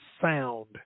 sound